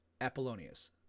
Apollonius